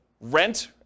rent